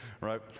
right